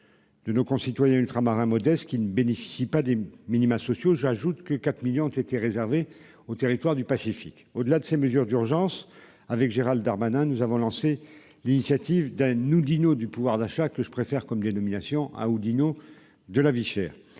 de nos concitoyens ultramarins modestes qui ne bénéficient pas des minima sociaux. J'ajoute que 4 millions d'euros ont été réservés aux territoires du Pacifique. Au-delà de ces mesures d'urgence, Gérald Darmanin et moi-même avons lancé l'initiative d'un Oudinot du pouvoir d'achat- je préfère cette dénomination à celle d'Oudinot de la vie chère.